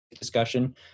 discussion